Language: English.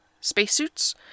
spacesuits